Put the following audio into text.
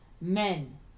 Men